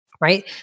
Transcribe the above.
Right